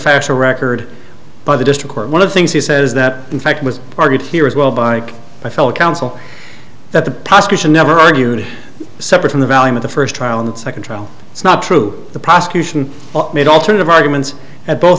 factual record by the district court one of the things he says that in fact was argued here as well bike i felt counsel that the prosecution never argued separate from the value of the first trial in the second trial it's not true the prosecution made alternative arguments at both